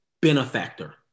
benefactor